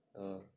uh